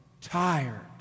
tired